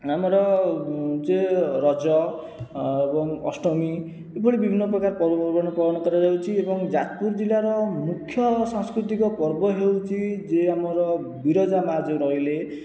ଆମର ଯେ ରଜ ଏବଂ ଅଷ୍ଟମୀ ଏଇଭଳି ବିଭିନ୍ନ ପ୍ରକାର ପର୍ବ ପର୍ବାଣି ପାଳନ କରାଯାଉଛି ଏବଂ ଯାଜପୁର ଜିଲ୍ଲାର ମୁଖ୍ୟ ସାଂସ୍କୃତିକ ପର୍ବ ହେଉଛି ଯେ ଆମର ବିରଜା ମାଆ ଯେଉଁ ରହିଲେ